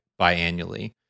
biannually